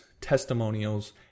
testimonials